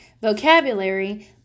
Vocabulary